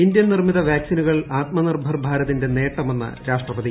Indian നിർമ്മിത വാക്സിനുകൾ ആത്മ നിർഭർ ഭാരതിന്റെ നേട്ടമെന്ന് രാഷ്ട്രപതി